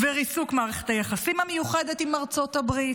וריסוק מערכת היחסים המיוחדת עם ארצות הברית.